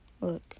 look